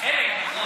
חלק.